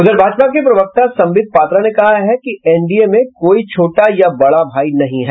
उधर भाजपा के प्रवक्ता संबित पात्रा ने कहा है कि एनडीए में कोई छोटा या बड़ा भाई नहीं है